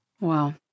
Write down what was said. Wow